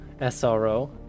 SRO